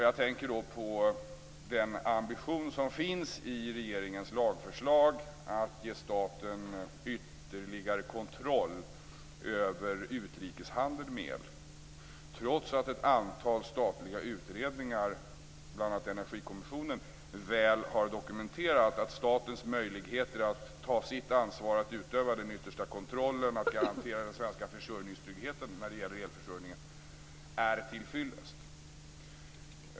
Jag tänker på den ambition som finns i regeringens lagförslag att ge staten ytterligare kontroll över utrikeshandel med el, trots att ett antal statliga utredningar, bl.a. Energikommissionen, väl har dokumenterat att statens möjligheter att ta sitt ansvar för att utöva den yttersta kontrollen och garantera den svenska försörjningstryggheten när det gäller elförsörjningen är tillfyllest.